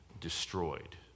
destroyed